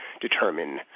determine